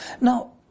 Now